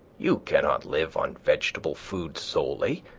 you cannot live on vegetable food solely,